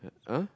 !huh!